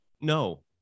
No